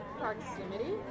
proximity